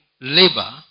labor